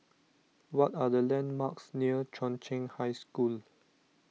what are the landmarks near Chung Cheng High School